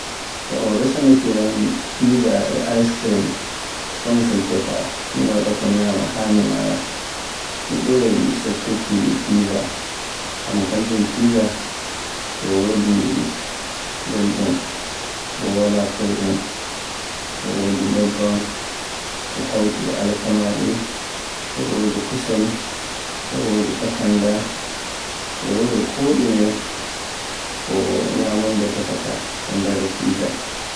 So un resanaake yam pizza e icecream ko mi suftata mi waɗa ko ñyama haa mi maaya. Mi ɓuraay suftuki pizza ngam kanjum pizza e wodi belɗum, bo wala fewɗum, e wodi nebban, e hawti e alkamare, e wodi kusel e wodi kakanda e wodi koɗume ko ñyamunda tefaata e nder pizza